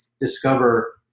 discover